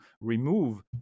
remove